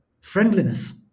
friendliness